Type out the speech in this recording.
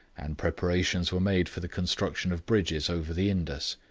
and preparations were made for the construction of bridges over the indus.